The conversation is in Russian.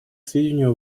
сведению